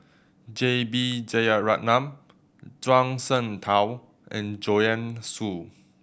J B Jeyaretnam Zhuang Shengtao and Joanne Soo